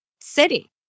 city